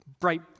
Bright